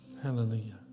Hallelujah